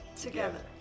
Together